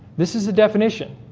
this is a definition